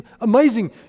amazing